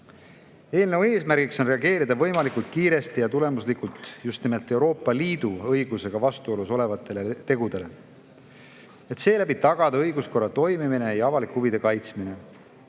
Eelnõu eesmärk on reageerida võimalikult kiiresti ja tulemuslikult just nimelt Euroopa Liidu õigusega vastuolus olevatele tegudele, et seeläbi tagada õiguskorra toimimine ja avalike huvide kaitsmine.